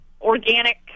organic